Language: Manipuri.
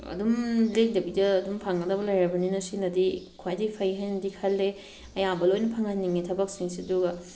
ꯑꯗꯨꯝ ꯂꯦꯡꯗꯕꯤꯗ ꯑꯗꯨꯝ ꯐꯪꯒꯗꯕ ꯂꯩꯔꯕꯅꯤꯅ ꯁꯤꯅꯗꯤ ꯈ꯭ꯋꯥꯏꯗꯒꯤ ꯐꯩ ꯍꯥꯏꯅꯗꯤ ꯈꯜꯂꯦ ꯑꯌꯥꯝꯕ ꯂꯣꯏꯅ ꯐꯪꯍꯟꯅꯤꯡꯉꯦ ꯊꯕꯛꯁꯤꯡꯁꯦ ꯑꯗꯨꯒ